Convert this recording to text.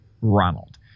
Ronald